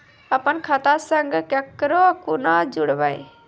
अपन खाता संग ककरो कूना जोडवै?